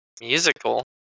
Musical